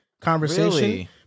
conversation